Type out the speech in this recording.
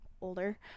older